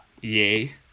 Yay